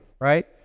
right